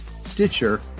Stitcher